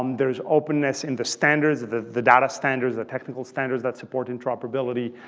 um there is openness in the standards, the the data standards, the technical standards that support interoperability.